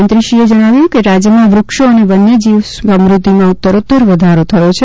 મંત્રીશ્રી વસાવાએ જણાવ્યું કે રાજ્યમાં વૃક્ષો અને વન્ય જીવ સમૃદ્ધિમાં ઉત્તરોત્તર વધારો થયો છે